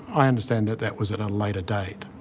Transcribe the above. i understand that that was at a later date.